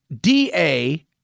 DA